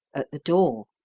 at the door.